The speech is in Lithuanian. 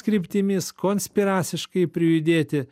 kryptimis konspiraciškai prijudėti